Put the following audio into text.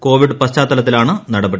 Covid പശ്ചാത്തലത്തിലാണ് നടപടി